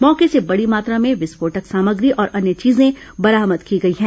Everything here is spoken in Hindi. मौके से बड़ी मात्रा में विस्फोटक सामग्री और अन्य चीजें बरामद की गई हैं